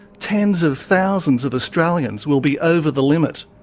tens of thousands of australians will be over the limit.